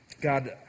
God